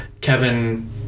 kevin